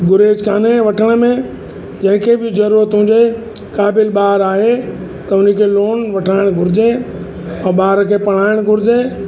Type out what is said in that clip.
बुरेज कान्हे वठण में जंहिं खे बि ज़रूरत हुजे क़ाबिलु ॿारु आहे त उन खे लोन वठणु घुरिजे ऐं ॿार खे पढ़ाइणु घुरिजे